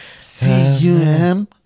c-u-m